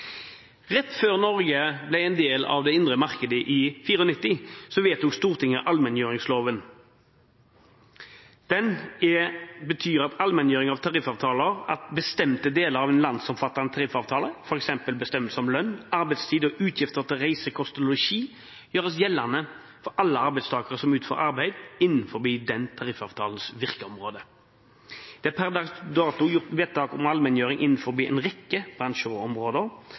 Rett før Norge ble en del av det indre markedet i 1994, vedtok Stortinget allmenngjøringsloven. Allmenngjøring av tariffavtaler betyr at bestemte deler av en landsomfattende tariffavtale, f.eks. bestemmelser om lønn, arbeidstid og utgifter til reise, kost og losji, gjøres gjeldende for alle arbeidstakere som utfører arbeid innenfor tariffavtalens virkeområde. Det er per dags dato gjort vedtak om allmenngjøring innenfor en rekke